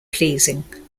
pleasing